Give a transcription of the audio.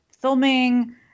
filming